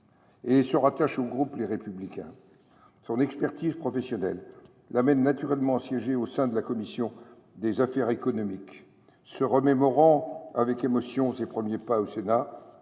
et se rattache au groupe Les Républicains. Son expertise professionnelle l’amène naturellement à siéger au sein de la commission des affaires économiques. Se remémorant avec émotion ses premiers pas au Sénat,